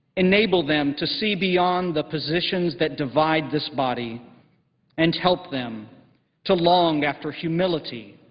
enable them to see beyond the positions that divide this body and help them to long after humility,